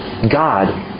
God